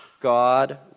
God